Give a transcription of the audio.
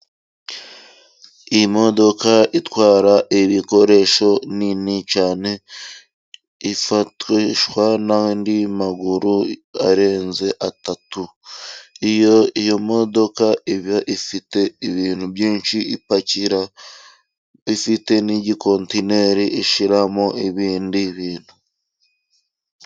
Imodoka itwara ibikoresho nini cyane，ifatishwa n’andi maguru arenze atatu. Iyo iyo modoka iba ifite ibintu byinshi ipakira，ifite n'igi kontineri ishyiramo ibindi bintu.